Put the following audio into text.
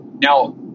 Now